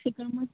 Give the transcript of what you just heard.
ꯁꯤ ꯀꯔꯝ ꯍꯥꯏꯅ